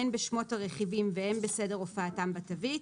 הן בשמות הרכיבים והן בסדר הופעתם בתווית,